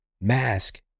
mask